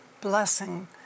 blessing